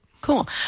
Cool